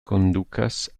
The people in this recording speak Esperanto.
kondukas